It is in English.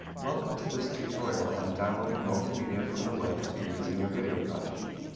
welcome to this tutorial on downloading multimedia from the web to use in your video project.